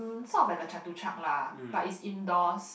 sort of like a Chatuchak lah but it's indoors